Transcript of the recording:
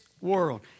world